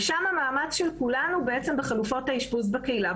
שם המאמץ של כולנו בעצם בחלופות האשפוז בקהילה.